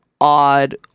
odd